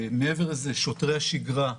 מעבר לזה, שוטרי השגרה,